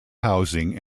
housing